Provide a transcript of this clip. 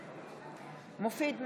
בעד מופיד מרעי,